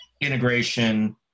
integration